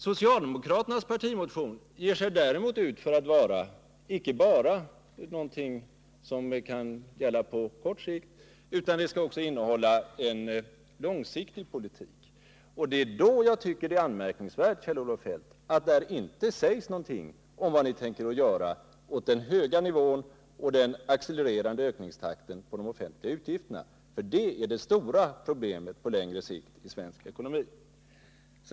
Socialdemokraternas partimotion däremot berör åtgärder inte bara på kort sikt utan också på lång sikt. Det är därför anmärkningsvärt, Kjell-Olof Feldt, att ni inte säger någonting om vad ni vill göra åt den höga nivån och den accelererande ökningstakten på de offentliga utgifterna. Det är nämligen det stora problemet på längre sikt i svensk ekonomi.